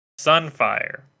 Sunfire